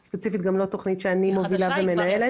זאת ספציפית גם לא תכנית שאני מובילה ומנהלת.